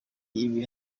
ibi